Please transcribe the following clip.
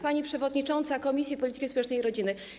Pani Przewodnicząca Komisji Polityki Społecznej i Rodziny!